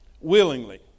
Willingly